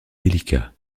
délicat